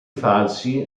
falsi